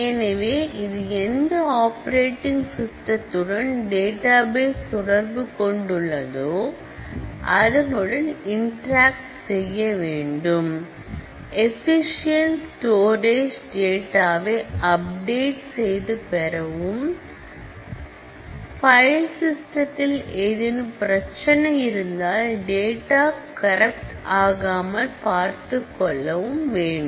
எனவே இது எந்த ஆப்பரேட்டிங் சிஸ்டத்துடன் டேட்டாபேஸ் தொடர்பு கொண்டுள்ளதோ அதனுடன் இன்ட்ராக்ட் செய்ய வேண்டும் எஃபீஷியேன்ட் ஸ்டோரேஜ் செய்யவும் டேட்டாவை அப்டேட் செய்து பெறவும் பைல் சிஸ்டத்தில் ஏதேனும் பிரச்சனை இருந்தால் டேட்டா கரப்ட் ஆகாமல் பார்த்துக்கொள்ள வேண்டும்